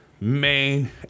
main